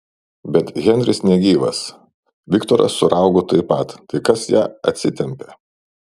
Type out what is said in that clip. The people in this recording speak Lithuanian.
bet henris negyvas viktoras su raugu taip pat tai kas ją atsitempė